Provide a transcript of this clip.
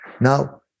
Now